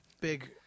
Big